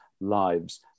lives